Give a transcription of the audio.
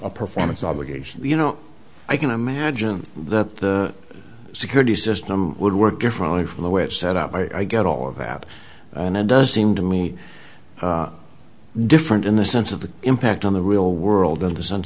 performance obligation you know i can imagine that the security system would work differently from the way it set up i get all of that and it does seem to me different in the sense of the impact on the real world in the sense